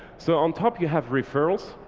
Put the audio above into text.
so on top you have referrals.